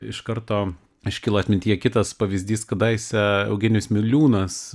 iš karto iškyla atmintyje kitas pavyzdys kadaise eugenijus miliūnas